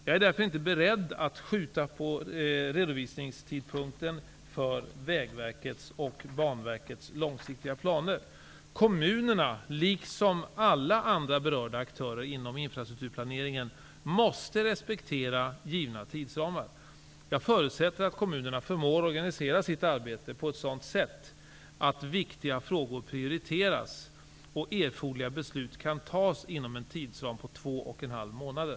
Jag är därför inte beredd att skjuta på redovisningstidpunkten för Vägverkets och Kommunerna liksom alla andra berörda aktörer inom infrastrukturplaneringen måste respektera givna tidsramar. Jag förutsätter att kommunerna förmår organisera sitt arbete på sådant sätt att viktiga frågor prioriteras och erforderliga beslut kan tas inom en tidsram på 2,5 månader.